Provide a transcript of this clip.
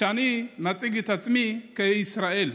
כשאני מציג את עצמי כישראל.